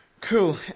Cool